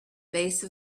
base